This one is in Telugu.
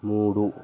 మూడు